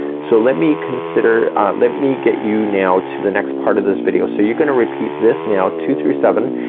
so let me consider, ah let me get you now to the next part of this video. so you're gonna repeat this now, two through seven,